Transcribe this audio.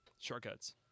shortcuts